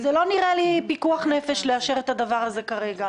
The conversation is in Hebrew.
קופת חולים הגישה את זה עוד לפני הבחירות הקודמות.